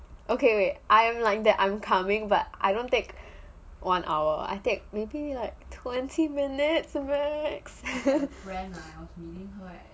okay wait I am like that I'm coming but I don't take one hour I think maybe like twenty minutes if I'm correct